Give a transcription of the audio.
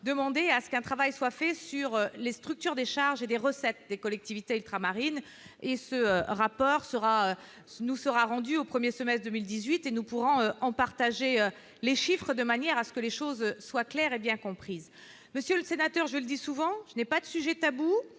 demandé à ce qu'un travail soit fait sur les structures décharger des recettes des collectivités ultramarines et ce rapport sera nous sera rendu au 1er semestre 1018 et nous pourrons en partager les chiffres de manière à ce que les choses soient claires et bien comprise, monsieur le sénateur, je le dis souvent : je n'ai pas de sujet tabou